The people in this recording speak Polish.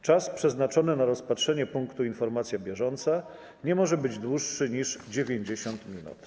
Czas przeznaczony na rozpatrzenie punktu: Informacja bieżąca nie może być dłuższy niż 90 minut.